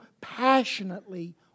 passionately